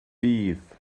bydd